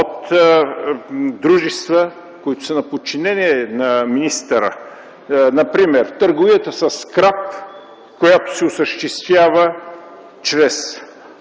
от дружества - на подчинение на министъра. Например търговията със скрап, която се осъществява чрез